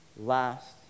last